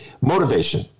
Motivation